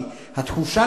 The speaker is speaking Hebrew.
כי התחושה,